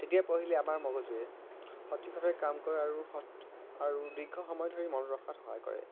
তেতিয়া পঢ়িলে আমাৰ মগজুৱে সঠিকভাৱে কাম কৰে আৰু সৎ আৰু দীৰ্ঘ সময় ধৰি মনত ৰখাত সহায় কৰে